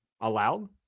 allowed